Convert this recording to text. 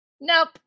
Nope